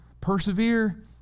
persevere